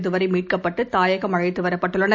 இதுவரைமீட்கப்பட்டுதாயகம் அழைத்துவரப்பட்டுள்ளனர்